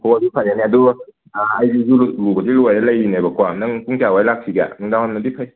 ꯍꯣ ꯑꯗꯨ ꯐꯔꯦꯅꯦ ꯑꯗꯣ ꯑꯩꯗꯤ ꯏꯔꯨ ꯂꯨꯕꯖꯨ ꯂꯣꯏꯔ ꯂꯩꯔꯤꯅꯦꯕꯀꯣ ꯅꯪ ꯄꯨꯡ ꯀꯌꯥ ꯋꯥꯏꯗ ꯂꯥꯛꯁꯤꯒꯦ ꯅꯨꯡꯗꯥꯡ ꯋꯥꯏꯔꯝꯅꯗꯤ ꯐꯩ